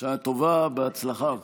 בשעה טובה ובהצלחה.